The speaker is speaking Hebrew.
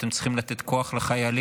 אתם צריכים לתת כוח לחיילים,